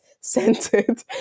centered